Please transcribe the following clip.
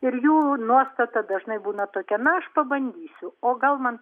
ir jų nuostata dažnai būna tokia na aš pabandysiu o gal man